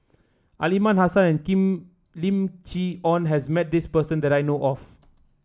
Aliman Hassan and Lim Chee Onn has met this person that I know of